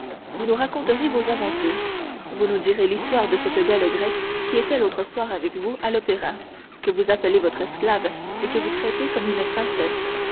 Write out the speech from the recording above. vous nous raconterez vos aventures vous nous direz l'histoire de cette belle grecque qui était l'autre soir avec vous à l'opéra que vous appelez votre esclave et que vous traitez comme une princesse